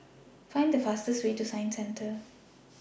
Find The fastest Way to Science Centre